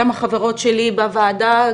גם החברות שלי בוועדה,